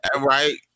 Right